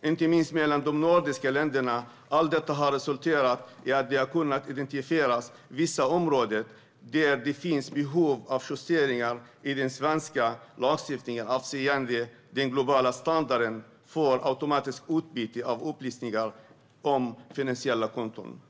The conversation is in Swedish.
inte minst mellan de nordiska länderna. Allt detta har resulterat i att man har kunnat identifiera vissa områden där det finns behov av justeringar i den svenska lagstiftningen avseende den globala standarden för automatiskt utbyte av upplysningar om finansiella konton.